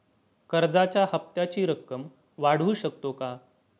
कर्जाच्या हप्त्याची रक्कम वाढवू शकतो का?